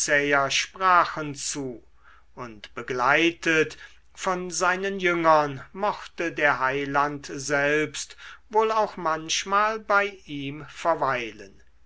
sprachen zu und begleitet von seinen jüngern mochte der heiland selbst wohl auch manchmal bei ihm verweilen